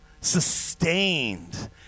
sustained